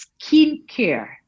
skincare